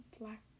black